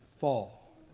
fall